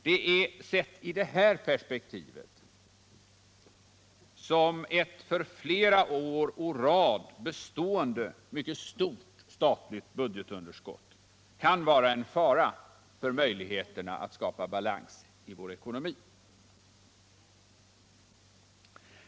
Det är sett i det här perspektivet som ett för flera år å rad bestående, mycket stort statligt budgetunderskott kan vara en fara för möjligheterna att skapa balans i vår ekonomi.